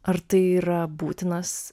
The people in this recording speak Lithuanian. ar tai yra būtinas